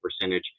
percentage